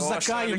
לא זכאי,